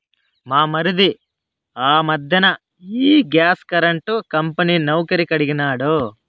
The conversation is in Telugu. మా మరిది ఆ మధ్దెన ఈ గ్యాస్ కరెంటు కంపెనీ నౌకరీ కడిగినాడు